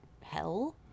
hell